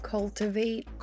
Cultivate